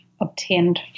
obtained